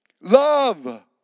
Love